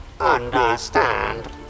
understand